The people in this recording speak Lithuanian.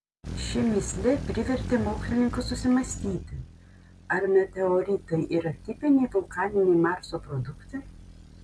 ši mįslė privertė mokslininkus susimąstyti ar meteoritai yra tipiniai vulkaniniai marso produktai